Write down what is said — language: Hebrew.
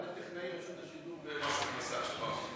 מה לטכנאי רשות השידור ולמס הכנסה?